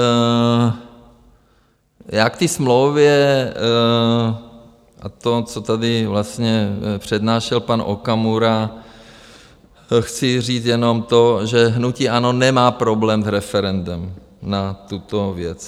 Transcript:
Já k té smlouvě a tomu, co tady vlastně přednášel pan Okamura, chci říct jenom to, že hnutí ANO nemá problém s referendem na tuto věc.